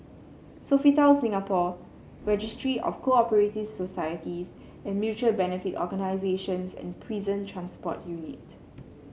Sofitel Singapore Registry of Co operative Societies and Mutual Benefit Organisations and Prison Transport Unit